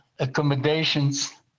Accommodations